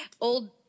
old